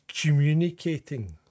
communicating